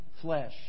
flesh